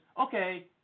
okay